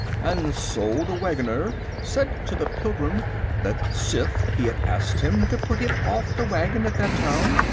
and so the wagoner said to the pilgrim that sith he had asked him to put him off the wagon at that town,